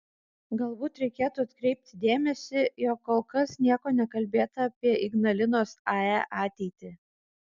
galbūt reikėtų atkreipti dėmesį jog kol kas nieko nekalbėta apie ignalinos ae ateitį